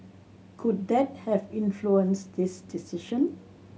could that have influenced this decision